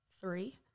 three